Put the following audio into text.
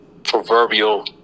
proverbial